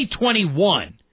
2021